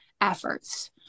efforts